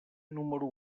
número